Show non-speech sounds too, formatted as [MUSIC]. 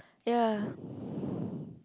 ya [BREATH]